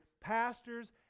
pastors